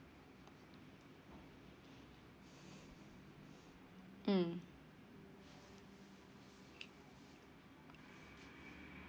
mm